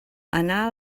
anà